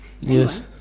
Yes